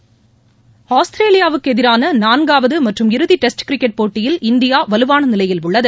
விளையாட்டுச் செய்கிகள் ஆஸ்திரேலியாவுக்கு எதிரான நான்காவது மற்றும் இறுதி டெஸ்ட் கிரிக்கெட் போட்டியில் இந்தியா வலுவான நிலையில் உள்ளது